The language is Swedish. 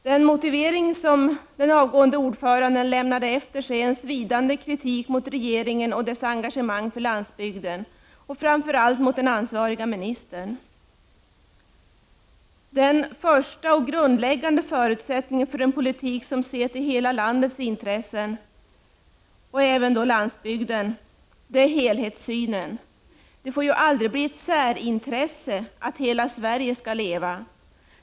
Den motivering som den avgående ordföranden lämnade efter sig är en svidande kritik mot regeringen och dess engagemang för landsbygden men framför allt mot den ansvariga ministern. Den första och grundläggande förutsättningen för en politik där man ser till hela landets intresse — alltså även landsbygdens — är att man har en helhetssyn. Det får aldrig bli ett särintresse att hela Sverige skall leva.